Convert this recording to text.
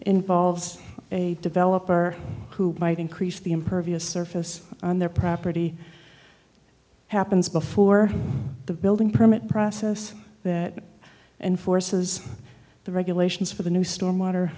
involves a developer who might increase the impervious surface on their property happens before the building permit process that and forces the regulations for the new stor